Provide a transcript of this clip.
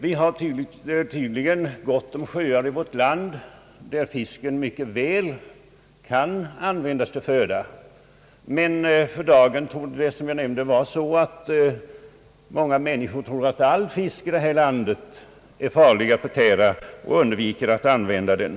Det finns tydligen gott om sjöar i vårt land där fisk mycket väl kan fångas för att an vändas till föda. För dagen torde, som jag nämnde, många människor tro att all fisk i det här landet är farlig att förtära, varför de undviker att äta den.